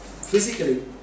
physically